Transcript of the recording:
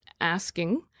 asking